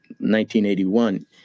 1981